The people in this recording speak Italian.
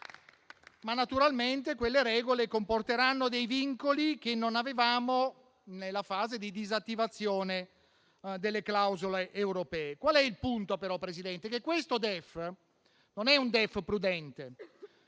ma naturalmente quelle regole comporteranno dei vincoli che non avevamo nella fase di disattivazione delle clausole europee. Qual è il punto, però, signor Presidente? È che questo DEF non è prudente;